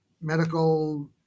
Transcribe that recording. Medical